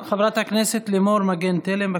חברת הכנסת לימור מגן תלם,